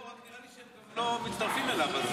נראה לי שהם גם לא מצטרפים אליו.